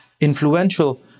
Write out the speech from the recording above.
influential